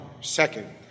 second